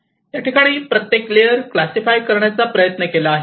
या ठिकाणी प्रत्येक लेयर क्लासिफाय करण्याचा प्रयत्न केला आहे